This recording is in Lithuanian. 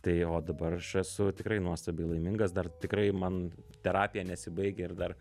tai o dabar aš esu tikrai nuostabiai laimingas dar tikrai man terapija nesibaigia ir dar